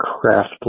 craft